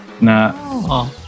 Na